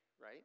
right